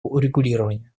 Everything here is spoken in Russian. урегулирования